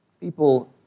People